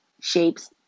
Shapes